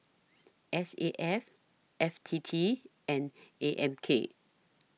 S A F F T T and A M K